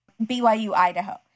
BYU-Idaho